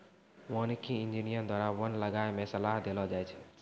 वानिकी इंजीनियर द्वारा वन लगाय मे सलाह देलो जाय छै